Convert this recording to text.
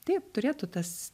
taip turėtų tas